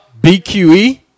BQE